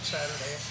Saturday